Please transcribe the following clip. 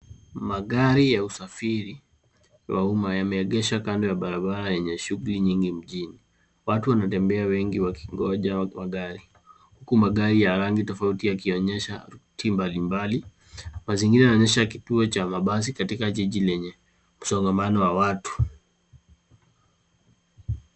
Magari ya usafiri wa umma yameegeshwa kando ya barabara yenye shughuli nyingi mjini. Watu wanatembea wengi wakingoja magari huku magari ya rangi tofauti yakionyesha ruti mbalimbali. Basi lingine linaonyesha kituo cha mabasi katika jiji lenye msongamano wa watu.